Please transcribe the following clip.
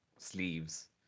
Sleeves